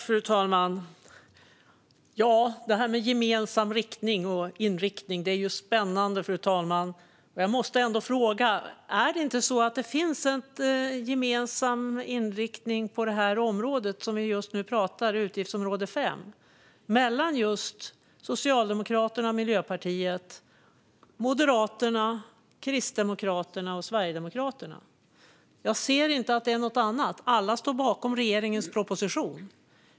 Fru talman! Det här med gemensam riktning och inriktning är spännande. Jag måste ändå fråga: Är det inte så att det finns en gemensam inriktning på det område som vi just nu pratar om, utgiftsområde 5, mellan just Socialdemokraterna, Miljöpartiet, Moderaterna, Kristdemokraterna och Sverigedemokraterna? Jag ser inte att det är något annat. Alla står bakom regeringens proposition.